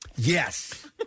Yes